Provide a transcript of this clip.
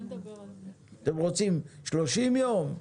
אתם רוצים 30 יום?